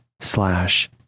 slash